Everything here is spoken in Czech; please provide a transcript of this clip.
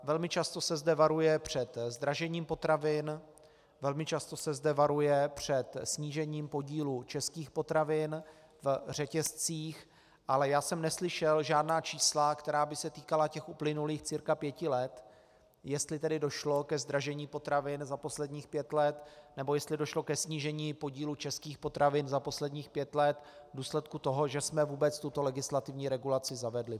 Velmi často se zde varuje před zdražením potravin, velmi často se zde varuje před snížením podílu českých potravin v řetězcích, ale já jsem neslyšel žádná čísla, která by se týkala uplynulých cca pěti let, jestli tedy došlo ke zdražení potravin za posledních pět let nebo jestli došlo ke snížení podílu českých potravin za posledních pět let v důsledku toho, že jsme vůbec tuto legislativní regulaci zavedli.